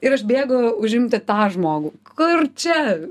ir aš bėgu užimti tą žmogų kur čia